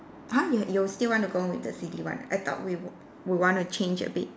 !huh! you you still want to go with the silly one I thought we w~ we want to change a bit